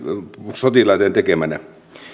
sotilaiden tekemänä